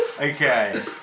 Okay